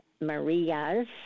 Marias